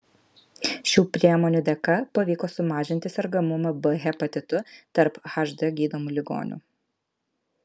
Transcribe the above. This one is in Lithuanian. šių priemonių dėka pavyko sumažinti sergamumą b hepatitu tarp hd gydomų ligonių